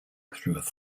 through